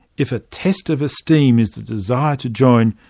if a test of esteem is the desire to join,